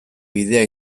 bidea